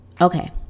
Okay